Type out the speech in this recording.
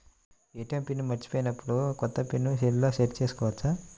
ATM PIN మరచిపోయినప్పుడు, కొత్త PIN సెల్లో సెట్ చేసుకోవచ్చా?